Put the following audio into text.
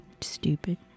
stupid